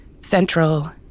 central